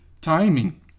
timing